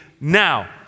now